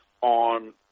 on